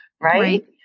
Right